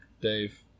Dave